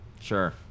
Sure